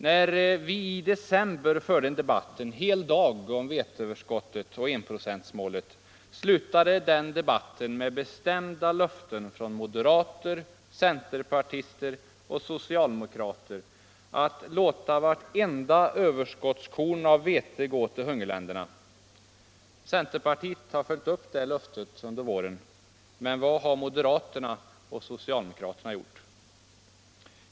När vi i december förde en debatt under en hel dag om veteöverskottet och enprocentsmålet slutade den debatten med bestämda löften från mo derater, centerpartister och socialdemokrater att låta vartenda överskottskorn av vete gå till hungerländerna. Centerpartiet har följt upp detta löfte under våren. Men vad har moderaterna och socialdemokraterna gjort?